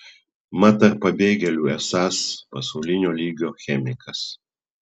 mat tarp pabėgėlių esąs pasaulinio lygio chemikas